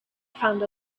found